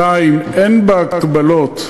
2. אין בה הגבלות,